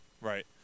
Right